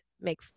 make